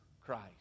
Christ